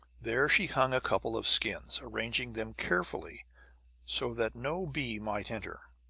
there she hung a couple of skins, arranging them carefully so that no bee might enter.